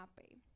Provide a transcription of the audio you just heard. happy